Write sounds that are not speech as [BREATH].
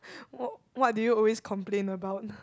[BREATH] what what do you always complain about [BREATH]